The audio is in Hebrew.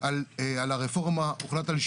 על הרפורמה, הוחלט על שינוי.